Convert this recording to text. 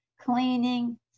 cleaning